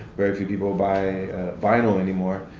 very few people will buy vinyl anymore.